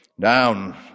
down